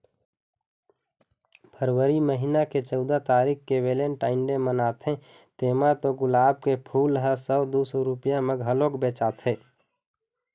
फरवरी महिना के चउदा तारीख के वेलेनटाइन डे मनाथे तेमा तो गुलाब के फूल ह सौ दू सौ रूपिया म घलोक बेचाथे